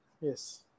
Yes